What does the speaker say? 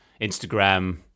Instagram